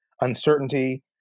uncertainty